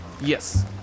Yes